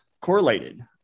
correlated